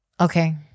Okay